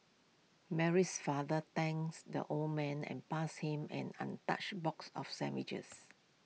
Mary's father thanks the old man and passed him an untouched box of sandwiches